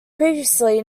previously